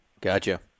gotcha